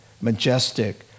majestic